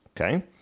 Okay